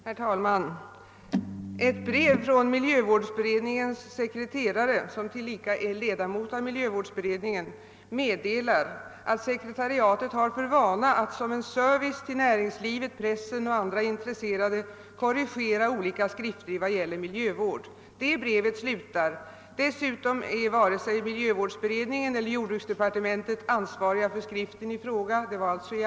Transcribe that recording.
Herr talman! Ett brev från miljövårdsberedningens sekreterare — tillika ledamot av miljövårdsberedningen — meddelar att sekretariatet såsom en service till näringslivet, pressen och andra intresserade korrigerar «olika skrifter i vad gäller miljövård. Brevet slutar: »Dessutom är vare sig miljövårdsberedningen eller jordbruksdepartementet ansvariga för skriften i fråga.